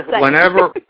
Whenever